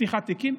פתיחת תיקים,